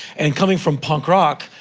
and coming from punk rock,